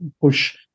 push